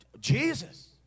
Jesus